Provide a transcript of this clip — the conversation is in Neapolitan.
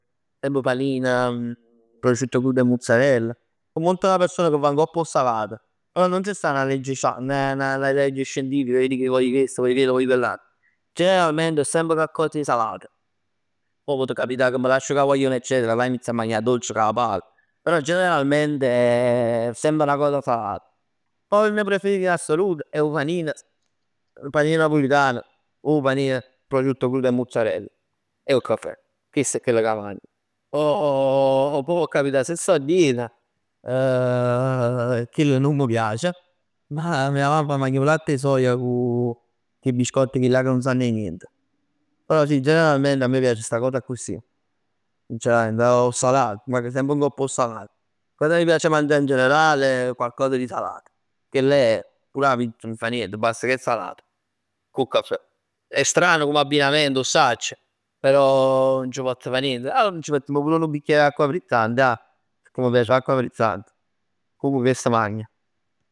Per esempio 'o panin prosciutto crudo e muzzarell. So molto 'na persona che và ngopp 'o salat. Però nun c'sta 'na legge, 'na legge scientifica 'ca ij dic vogl chest, vogl chell, o vogl chellat. Generalment è semp coccos 'e salat. Pò pot' capità ca m' lascio cu 'a guagliona eccetera e là inizio 'a mangià dolce ca' pala. Però generalmente è semp 'na cos salata. Poj il mio preferito in assoluto è 'o panin napulitan, o 'o panin prosciutto crudo e muzzarell e 'o cafè. Chest è chell ca' m' magn. Poj pò capità se sto a dieta, chell nun m' piace, ma mi- mia mamma magn 'o latte 'e soia cu ch' 'e biscott chillillà ca' nun sann 'e nient. Però sì generalmente a me m' piac sta cos accussì. Sincerament 'o salat, vag semp ngopp 'o salat. Cosa mi piace mangià in generale? Qualcosa di salato, chell ch' è è. Pur 'a pizz, bast che è salat, cu 'o cafè, è strano come abbinamento 'o sacc, però nun c' pozz fa niente. Allor c' mettimm pur nu bicchier 'e acqua frizzante ja. Pecchè m' piace l'acqua frizzante. Comunque chest magn.